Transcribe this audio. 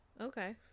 Okay